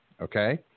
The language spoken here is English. okay